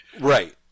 Right